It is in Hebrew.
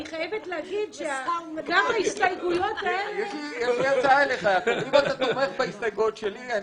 יש לי הצעה אליך אם אתה תומך בהסתייגויות שלי,